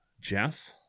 Jeff